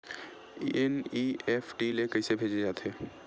NEFT ले कइसे भेजे जाथे?